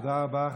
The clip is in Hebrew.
תודה רבה.